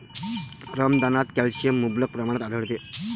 रमदानात कॅल्शियम मुबलक प्रमाणात आढळते